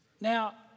Now